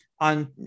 On